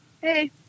Hey